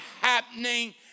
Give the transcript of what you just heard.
happening